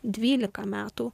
dvylika metų